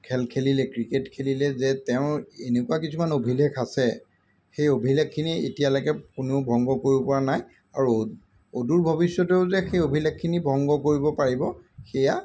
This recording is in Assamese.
খেল খেলিলে ক্ৰিকেট খেলিলে যে তেওঁৰ এনেকুৱা কিছুমান অভিলেখ আছে সেই অভিলেখখিনি এতিয়ালৈকে কোনেও ভংগ কৰিবপৰা নাই আৰু অদূৰ ভৱিষ্যতেও যে সেই অভিলেখখিনি ভংগ কৰিব পাৰিব সেয়া